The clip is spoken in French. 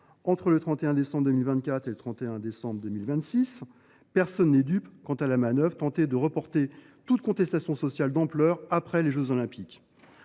entre le 31 décembre 2024 et le 31 décembre 2026. Personne n’est dupe d’une telle manœuvre : il s’agit de reporter une contestation sociale d’ampleur après les jeux Olympiques.